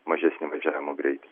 mažesnį važiavimo greitį